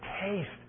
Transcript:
taste